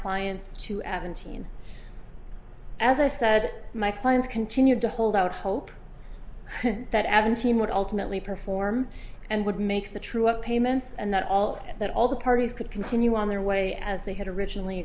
clients to at and t and as i said my clients continued to hold out hope that adam team would ultimately perform and would make the true up payments and that all that all the parties could continue on their way as they had originally